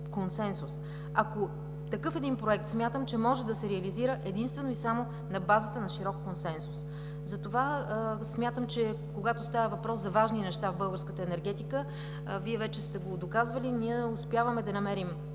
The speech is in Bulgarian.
един такъв проект може да се реализира единствено и само на базата на широк консенсус. Затова смятам, че когато става въпрос за важни неща в българската енергетика, Вие вече сте го доказвали, успяваме да намерим